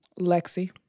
Lexi